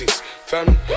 family